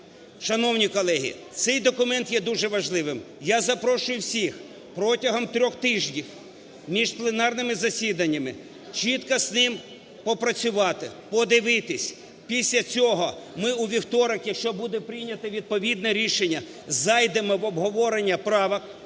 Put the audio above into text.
Шановні колеги, цей документ є дуже важливим. Я запрошую всіх протягом трьох тижнів між пленарними засіданнями чітко з ним попрацювати, подивитись. Після цього ми у вівторок, якщо буде прийнято відповідне рішення, зайдемо в обговорення правок